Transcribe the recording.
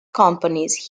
companies